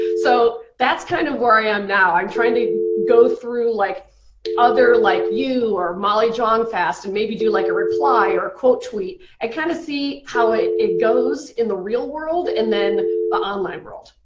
so that's kind of where i am know. i'm trying to through like other, like you or molly johnfast, and maybe do like a reply or a quote tweet. i kind of see how it it goes in the real world and then the online world.